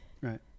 Right